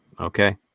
Okay